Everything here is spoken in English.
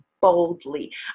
boldly